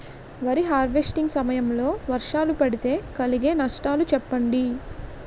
వరి హార్వెస్టింగ్ సమయం లో వర్షాలు పడితే కలిగే నష్టాలు చెప్పండి?